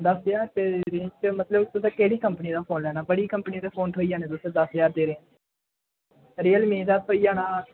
दस जहार रपेऽ दी रेंज च मतलब तुसें केह्ड़ी कम्पनी दा फोन लैना बड़ियां कंपनियें दे फोन थ्होई जाने तुसें दस ज्हार दी रेंज च रियल मी दा थ्होई जाना